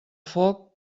foc